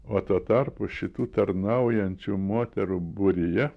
o tuo tarpu šitų tarnaujančių moterų būryje